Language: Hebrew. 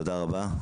תודה רבה.